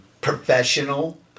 professional